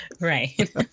Right